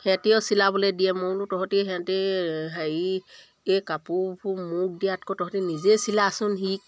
সিহঁতেও চিলাবলৈ দিয়ে মই বোলো তহঁতে সিহঁতে হেৰি এই কাপোৰ কাপোৰ মোক দিয়াতকৈ তহঁতে নিজেই চিলাচোন শিক